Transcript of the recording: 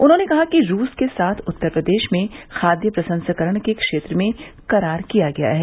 उन्होंने कहा कि रूस के साथ उत्तर प्रदेश में खादय प्रसंस्करण के क्षेत्र में करार किया गया है